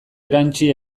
erantsi